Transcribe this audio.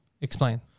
Explain